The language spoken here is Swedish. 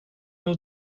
nog